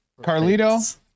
Carlito